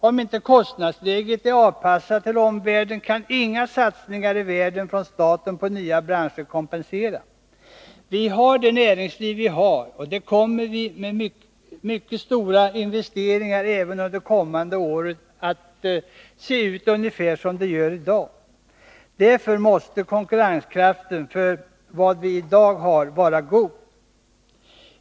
Om inte kostnadsläget är avpassat till omvärlden, kan inga statliga satsningar i världen på nya branscher kompensera. Vi har det näringsliv vi har. Det kommer, även med mycket stora investeringar de närmaste åren, att se ut ungefär som det gör i dag. Därför måste konkurrenskraften för vad vi i dag har vara god.